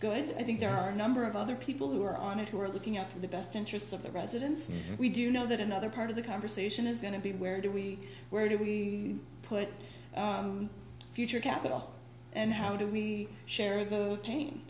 and i think there are a number of other people who are on it who are looking out for the best interests of their residents and we do know that another part of the conversation is going to be where do we where do we put future capital and how do we share the